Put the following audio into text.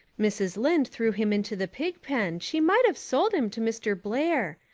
mrs. lynde threw him into the pig pen she mite of sold him to mr. blair.